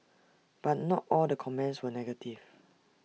but not all the comments were negative